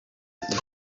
hari